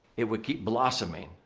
it would keep blossoming.